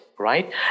Right